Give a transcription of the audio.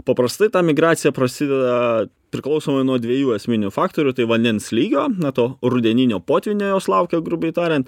paprastai ta migracija prasideda priklausomai nuo dviejų esminių faktorių tai vandens lygio nuo to rudeninio potvynio jos laukia grubiai tariant